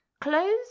Clothes